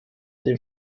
dem